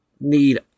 need